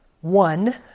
one